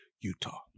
Utah